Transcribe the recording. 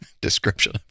description